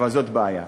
אבל זאת בעיה.